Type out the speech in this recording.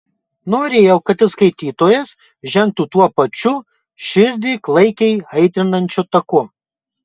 norėjau kad ir skaitytojas žengtų tuo pačiu širdį klaikiai aitrinančiu taku